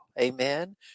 Amen